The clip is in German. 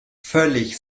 völlig